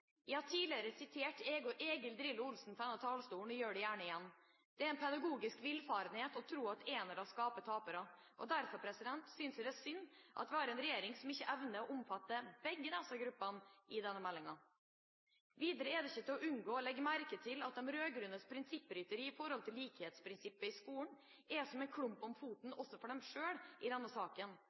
Jeg har tidligere sitert Egil Drillo Olsen fra denne talerstolen, og det gjør jeg gjerne igjen: Det er en pedagogisk villfarenhet å tro at enere skaper tapere. Derfor synes jeg det er synd at vi har en regjering som ikke evner å favne om begge gruppene i denne meldingen. Videre er det ikke til å unngå å legge merke til at de rød-grønnes prinsipprytteri når det gjelder likhetsprinsippet i skolen, er som en klamp om foten også på dem selv i denne saken.